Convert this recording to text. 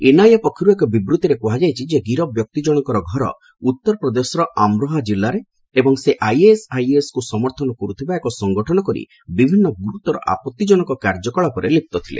NIA ପକ୍ଷରୁ ଏକ ବିବୃଭିରେ କୁହାଯାଇଛି ଯେ ଗିରଫ ବ୍ୟକ୍ତି ଜଣଙ୍କର ଘର ଉତ୍ତରପ୍ରଦେଶର ଆମ୍ରୋହା ଜିଲ୍ଲାରେ ଏବଂ ସେ ଆଇଏସଆଇଏସକୁ ସମର୍ଥନ କରୁଥିବା ଏକ ସଂଗଠନ କରି ବିଭିନ୍ନ ଗୁରୁତର ଆପଭିଜନକ କାର୍ଯ୍ୟକଳାପରେ ଲିପ୍ତ ଥିଲେ